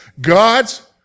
God's